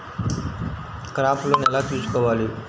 Crop loan ఎలా తీసుకోవాలి?